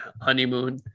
honeymoon